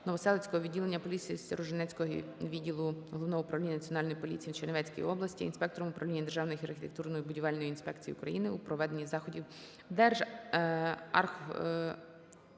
Новоселицького відділення поліції Сторожинецького відділу Головного управління Національної поліції в Чернівецькій області інспекторам Управління Державної архітектурно-будівельної інспекції України у проведенні заходів держархобудконтролю